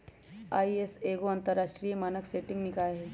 ISO एगो अंतरराष्ट्रीय मानक सेटिंग निकाय हइ